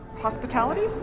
hospitality